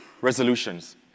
resolutions